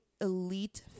elite